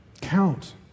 count